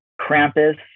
krampus